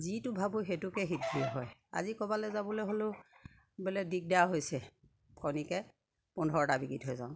যিটো ভাবোঁ সেইটোকে সিদ্ধি হয় আজি ক'বালে যাবলে হ'লেও বোলে দিগদাৰ হৈছে কণীকে পোন্ধৰটা বিকি থৈ যাওঁ